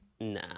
Nah